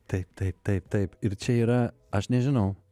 taip taip taip taip ir čia yra aš nežinau